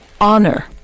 honor